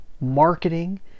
marketing